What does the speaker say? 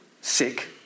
sick